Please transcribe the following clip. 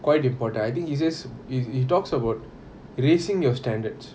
quite important I think he says h~ he talks about raising your standards